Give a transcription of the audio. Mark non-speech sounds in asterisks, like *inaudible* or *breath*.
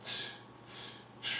*breath*